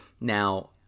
Now